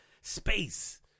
space